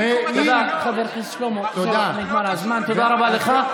אוקיי, שלמה קרעי, תודה רבה לך.